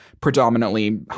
predominantly –